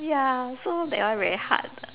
ya so that one very hard lah